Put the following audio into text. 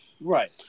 Right